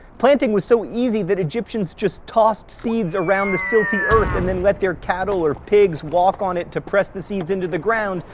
planting was so easy that egyptians just tossed seeds around the silty earth and then let their cattle or pigs walk on it to press the seeds into the ground,